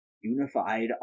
unified